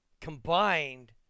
combined